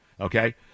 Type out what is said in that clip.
Okay